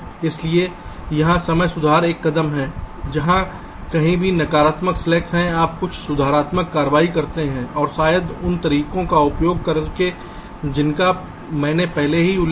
इसलिए यहां समय सुधार एक कदम है जहां कहीं भी नकारात्मक स्लैक्स है आप कुछ सुधारात्मक कार्रवाई करते हैं और शायद उन तरीकों का उपयोग करके जिनका मैंने पहले ही उल्लेख किया है